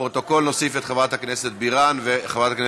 30 בעד, כולל חבר הכנסת אילן גילאון,